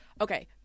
Okay